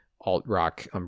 alt-rock